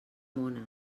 mona